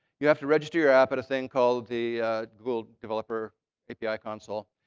you have to register your app at a thing called the google developer api console.